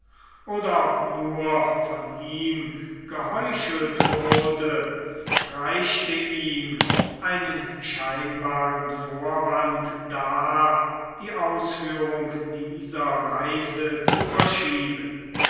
oder auch nur von ihm geheuchelt wurde reichte ihm einen scheinbaren vorwand dar die ausführung dieser reise zu verschieben